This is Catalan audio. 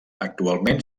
actualment